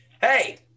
hey